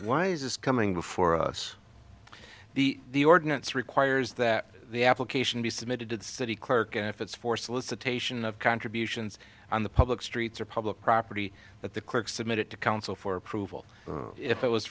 why is this coming before us the the ordinance requires that the application be submitted to the city clerk and if it's for solicitation of contributions on the public streets or public property that the click submit it to council for approval if it was